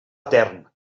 etern